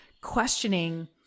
questioning